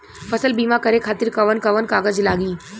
फसल बीमा करे खातिर कवन कवन कागज लागी?